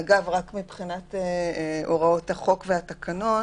אגב, רק מבחינת הוראות החוק והתקנון,